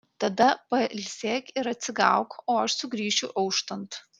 tada pailsėk ir atsigauk o aš sugrįšiu auštant